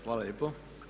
Hvala lijepo.